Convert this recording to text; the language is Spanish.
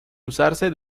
usarse